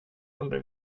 aldrig